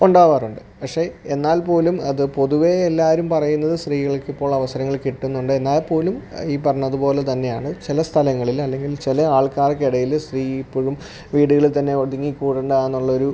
ഉണ്ടാകാറുണ്ട് പക്ഷേ എന്നാൽപ്പോലും അതു പൊതുവേ എല്ലാവരും പറയുന്നത് സ്ത്രീകൾക്കിപ്പോളവസരങ്ങൾ കിട്ടുന്നുണ്ട് എന്നാൽപ്പോലും ഈ പറഞ്ഞതു പോലെ തന്നെയാണ് ചില സ്ഥലങ്ങളിലല്ലെങ്കിൽ ചില ആൾക്കാർക്കിടയിൽ സ്ത്രീ ഇപ്പോഴും വീടുകളിൽത്തന്നെ ഒതുങ്ങി കൂടേണ്ടതാന്നുള്ളൊരു